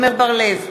עמר בר-לב,